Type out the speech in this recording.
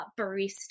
barista